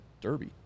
derby